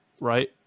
Right